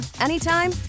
anytime